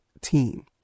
team